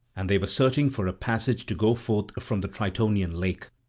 and they were searching for a passage to go forth from the tritonian lake,